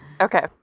Okay